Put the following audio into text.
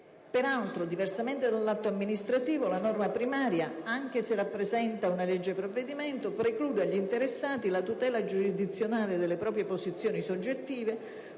Peraltro, diversamente dall'atto amministrativo, la norma primaria, anche se rappresenta una legge provvedimento, preclude agli interessati la tutela giurisdizionale delle proprie posizioni soggettive,